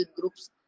groups